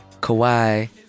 Kawhi